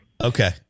Okay